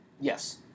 Yes